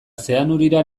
zeanurira